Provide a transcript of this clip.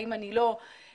האם אני לא מספיק חזק.